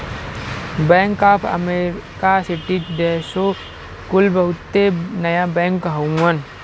bank of America, Citi, Deutsche कुल बहुते नया बैंक हउवन